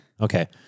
Okay